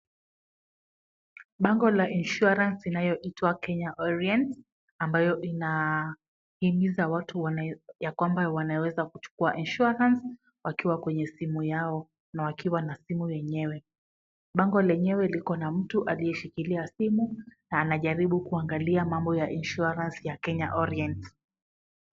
Bango la insurance inayoitwa Kenya Orient ambayo inahimiza watu ya kwamba wanaweza kuchukua insurance wakiwa kwenye simu yao na wakiwa na simu yenyewe, bango lenyewe liko na mtu alishikilia simu na anajaribu kuangalia mambo ya insurance ya Kenya Orient.